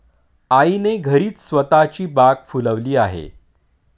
आईने घरीच स्वतःची बाग फुलवली आहे